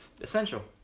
Essential